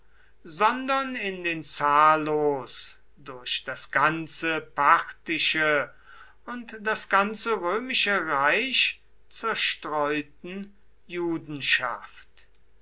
sondern in den zahllos durch das ganze parthische und das ganze römische reich zerstreuten